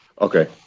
Okay